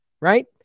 right